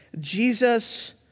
Jesus